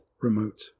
remote